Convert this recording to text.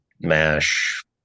mash